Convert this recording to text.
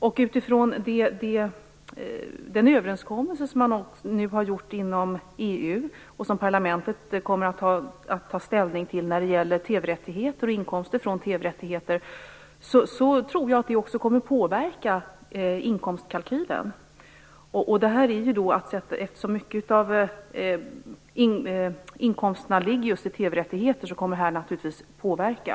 Jag tror också att den överenskommelse man nu har gjort inom EU när det gäller TV-rättigheter och inkomster från TV-rättigheter, och som parlamentet kommer att ta ställning till, kommer att påverka inkomstkalkylen. Eftersom mycket av inkomsterna ligger just i TV rättigheter, kommer det naturligtvis att påverka.